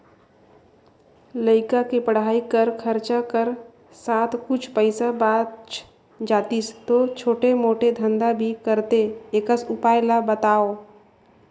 लइका के पढ़ाई कर खरचा कर साथ कुछ पईसा बाच जातिस तो छोटे मोटे धंधा भी करते एकस उपाय ला बताव?